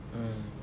um